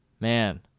Man